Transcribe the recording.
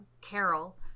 Carol